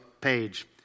page